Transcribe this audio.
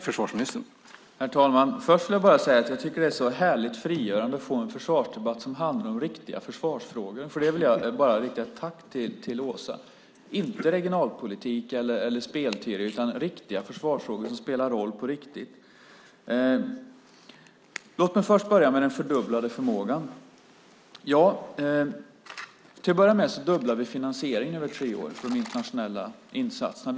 Herr talman! Först vill jag bara säga att jag tycker att det är härligt frigörande att få en försvarsdebatt som handlar om riktiga försvarsfrågor. För det vill jag rikta ett tack till Åsa. Det är inte regionalpolitik eller spel, utan riktiga försvarsfrågor som spelar roll på riktigt. Låt mig börja med den fördubblade förmågan. Till att börja med fördubblar vi finansieringen över tre år för de internationella insatserna.